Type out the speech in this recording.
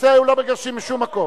לא מגרשים משום מקום.